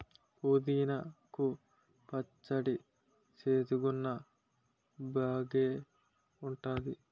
పుదీనా కు పచ్చడి సేదుగున్నా బాగేఉంటాది